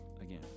again